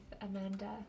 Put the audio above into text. Amanda